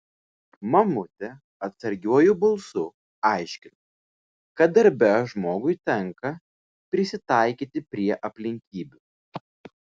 mamutė atsargiuoju balsu aiškino kad darbe žmogui tenka prisitaikyti prie aplinkybių